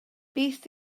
beth